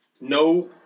no